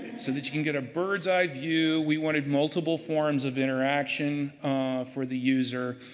so that you can get a bird's eye view. we wanted multiple forms of interaction for the user.